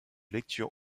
lecture